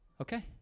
okay